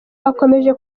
akomeje